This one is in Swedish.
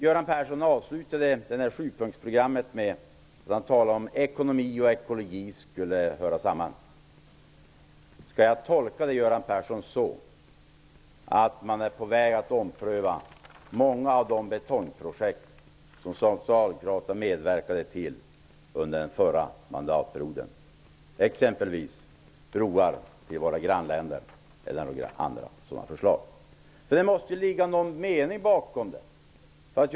Göran Perssons talade avslutningsvis när det gäller sjupunktsprogrammet om att ekonomi och ekologi skulle höra samman. Skall jag tolka det så, Göran Persson, att man är på väg att ompröva många av de betongprojekt som Socialdemokraterna medverkade till under förra mandatperioden? Exempelvis gäller det broar till våra grannländer. Det måste väl finnas en mening i det som sägs.